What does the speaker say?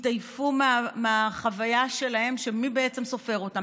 התעייפו מהחוויה שלהם של מי בעצם סופר אותם,